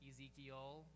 Ezekiel